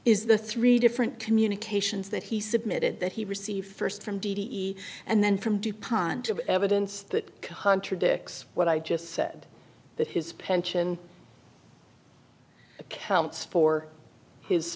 is the three different communications that he submitted that he received first from d d e and then from dupont of evidence that contradicts what i just said that his pension accounts for his